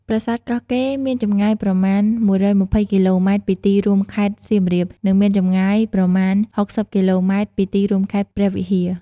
ប្រាសាទកោះកេរមានចម្ងាយប្រមាណ ១២០គីឡូម៉ែត្រពីទីរួមខេត្តសៀមរាប និងមានចម្ងាយប្រមាណ ៦០គីឡូម៉ែត្រពីទីរួមខេត្តព្រះវិហារ។